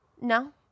No